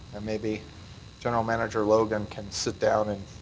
and maybe general manager logan can sit down and